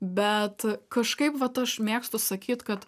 bet kažkaip vat aš mėgstu sakyt kad